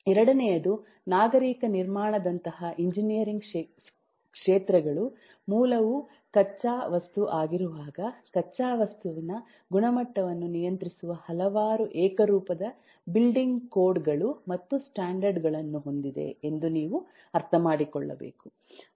ಎರಡನೆಯದು ನಾಗರಿಕ ನಿರ್ಮಾಣದಂತಹ ಎಂಜಿನಿಯರಿಂಗ್ ಕ್ಷೇತ್ರಗಳು ಮೂಲವು ಕಚ್ಚಾ ವಸ್ತು ಆಗಿರುವಾಗ ಕಚ್ಚಾ ವಸ್ತುವಿನ ಗುಣಮಟ್ಟವನ್ನು ನಿಯಂತ್ರಿಸುವ ಹಲವಾರು ಏಕರೂಪದ ಬಿಲ್ಡಿಂಗ್ ಕೋಡ್ ಗಳು ಮತ್ತು ಸ್ಟ್ಯಾಂಡರ್ಡ್ ಗಳನ್ನು ಹೊಂದಿದೆ ಎಂದು ನೀವು ಅರ್ಥಮಾಡಿಕೊಳ್ಳಬೇಕು